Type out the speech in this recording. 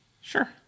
Sure